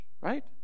right